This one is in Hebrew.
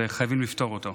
וחייבים לפתור אותו.